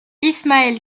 ismaël